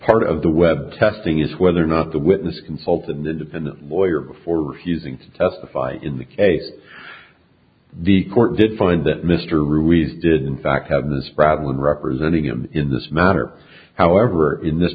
part of the web testing is whether or not the witness consulted an independent lawyer before refusing to testify in the case the court did find that mr ruiz did in fact have this problem in representing him in this matter however in this